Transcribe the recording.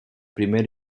primer